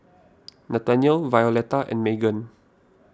Nathaniel Violeta and Meghan